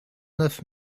neuf